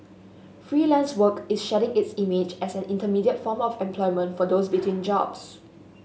Freelance Work is shedding its image as an intermediate form of employment for those between jobs